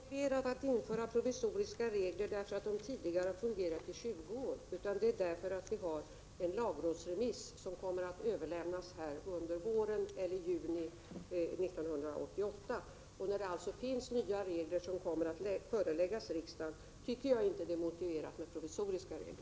Herr talman! Det är inte motiverat att införa provisoriska regler därför att de tidigare reglerna har fungerat i 20 år, utan därför att det föreligger en lagrådsremiss som kommer att överlämnas under våren, eller i juni 1988. Eftersom det alltså finns förslag till nya regler, som kommer att föreläggas riksdagen, tycker jag inte det är motiverat med provisoriska regler.